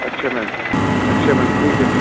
اچھا میم اچھا میم ٹھیک ہے